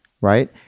right